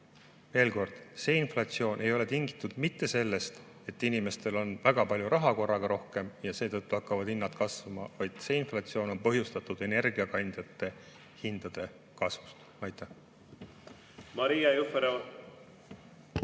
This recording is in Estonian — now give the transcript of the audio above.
Veel kord: see inflatsioon ei ole tingitud mitte sellest, et inimestel on väga palju raha korraga rohkem käes ja seetõttu hakkavad hinnad kasvama. See inflatsioon on põhjustatud energiakandjate hindade tõusust. Maria